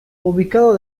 ubicado